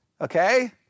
Okay